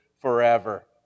forever